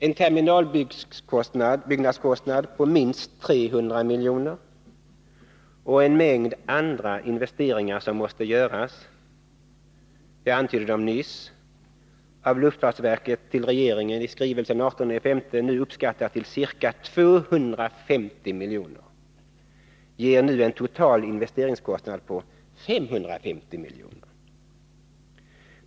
En terminalbyggnadskostnad på minst 300 miljoner och en mängd andra investeringar som måste göras —- jag antydde dem nyss; de är av luftfartsverket till regeringen i skrivelse den 18 maj uppskattade till ca 250 miljoner — ger en total investeringskostnad på 550 miljoner.